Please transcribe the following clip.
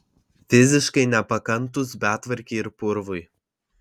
fiziškai nepakantūs betvarkei ir purvui